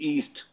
East